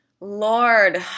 Lord